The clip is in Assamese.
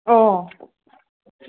অঁ